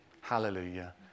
Hallelujah